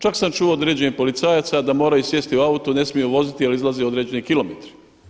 Čak sam čuo od određenih policajaca da moraju sjesti u auto, ne smiju voziti jer izlaze određeni kilometri.